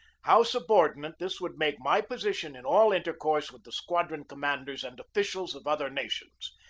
how subordinate this would make my position in all intercourse with the squadron commanders and officials of other nations,